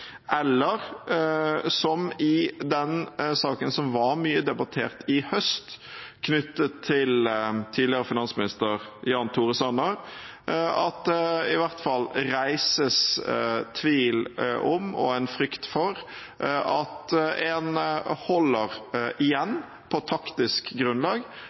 eller som i saken som var mye debattert i høst knyttet til tidligere finansminister Jan Tore Sanner, at det i hvert fall reises tvil om og en frykt for at en holder igjen på taktisk grunnlag